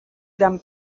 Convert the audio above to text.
gran